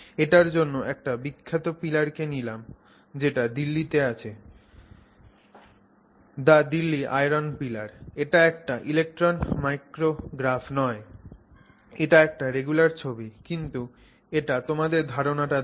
এটার জন্য একটা বিখ্যাত পীলার কে নিলাম যেটা দিল্লি তে আছে দি দিল্লী আইরন পিলার এটা একটা ইলেক্ট্রন মাইক্রোগ্রাফ নয় এটা একটা রেগুলার ছবি কিন্তু এটা তোমাদের ধারণাটা দেয়